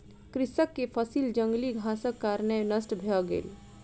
कृषक के फसिल जंगली घासक कारणेँ नष्ट भ गेल